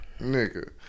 Nigga